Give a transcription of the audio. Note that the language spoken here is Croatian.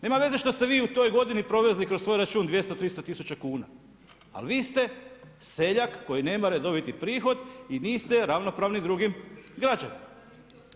Nema veze što ste vi u toj godini provezli kroz svoj račun 200, 300 tisuća kuna ali vi ste seljak koji nema redoviti prihod i niste ravnopravni drugim građanima.